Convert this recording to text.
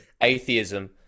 atheism